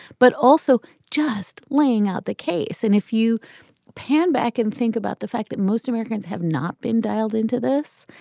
but also just laying out the case, and if you pan back and think about the fact that most americans have not been dialed into this,